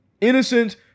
innocent